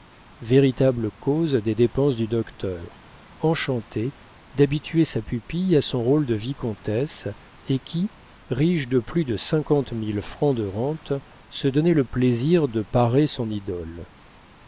véritable cause des dépenses du docteur enchanté d'habituer sa pupille à son rôle de vicomtesse et qui riche de plus de cinquante mille francs de rente se donnait le plaisir de parer son idole